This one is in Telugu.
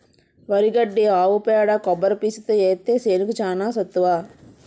వరి గడ్డి ఆవు పేడ కొబ్బరి పీసుతో ఏత్తే సేనుకి చానా సత్తువ